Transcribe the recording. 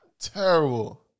Terrible